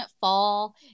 fall